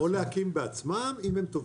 או להקים בעצמן, אם הן טובות.